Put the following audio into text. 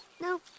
No